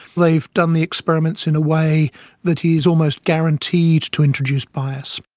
they've done the experiments in a way that is almost guaranteed to introduce bias.